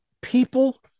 people